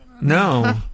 No